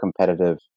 competitive